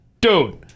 dude